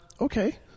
Okay